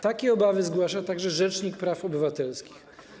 Takie obawy zgłasza także rzecznik praw obywatelskich.